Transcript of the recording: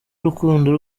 urukundo